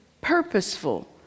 Purposeful